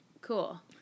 cool